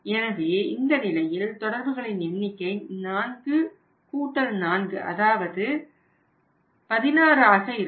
எனவே இந்த நிலையில் தொடர்புகளின் எண்ணிக்கை 44 அதாவது 16ஆக இருக்கும்